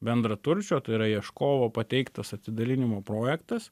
bendraturčio tai yra ieškovo pateiktas atidalinimo projektas